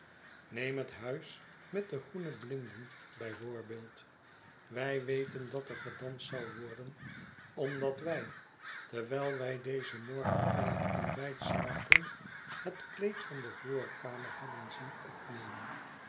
neem het huis met de groene blinden bij voorbeeld wij weten dat er gedanst zal worden omdat wij terwijl wij dezen morgen aan het ontbijt zaten het kleed van de voorkamer hebben zien opnemen